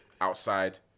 outside